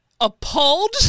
appalled